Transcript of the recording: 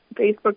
Facebook